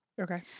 Okay